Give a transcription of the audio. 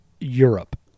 Europe